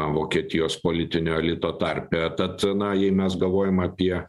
vokietijos politinio elito tarpe tad na jei mes galvojam apie